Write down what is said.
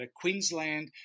Queensland